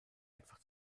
einfach